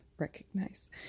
recognize